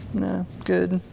no, good.